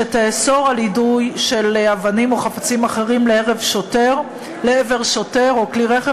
שתאסור יידוי אבנים או חפצים אחרים לעבר שוטר או כלי רכב